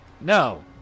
No